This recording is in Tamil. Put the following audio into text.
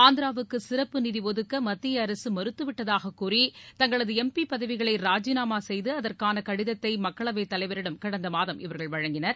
ஆந்திராவுக்கு சிறப்பு நிதி ஒதுக்க மத்திய அரசு மறுத்துவிட்டதாகக் கூறி தங்களது எம் பி பதவிகளை ராஜினாமா செய்து அதற்கான கடிதத்தை மக்களவைத் தலைவரிடம் கடந்த மாதம் இவர்கள் வழங்கினர்